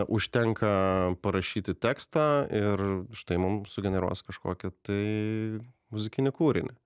užtenka parašyti tekstą ir štai mums sugeneruos kažkokį tai muzikinį kūrinį